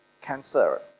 cancer